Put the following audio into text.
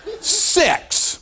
six